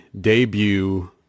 debut